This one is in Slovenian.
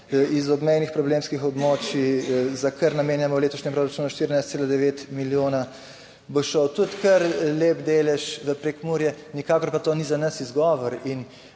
iz obmejnih problemskih območij, za kar namenjamo v letošnjem proračunu 14,9 milijona, bo šel tudi kar lep delež v Prekmurje, nikakor pa to ni za nas izgovor